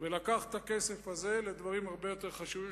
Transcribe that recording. ולקחת את הכסף הזה לדברים הרבה יותר חשובים,